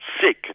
Sick